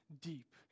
deep